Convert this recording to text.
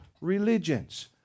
religions